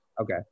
Okay